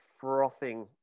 frothing